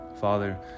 Father